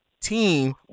team